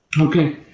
Okay